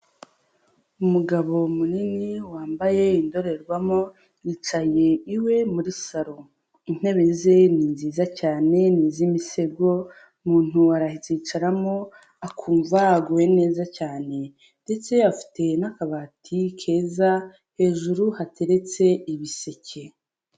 Umugabo munini wambaye indorerwamo yicaye iwe muri salo intebe ze ni nziza cyane ni iz'imisego umuntu arazicaramo akumva aguwe neza cyane ndetse afite n'akabati keza hejuru hateretse ibiseke.